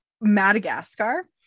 Madagascar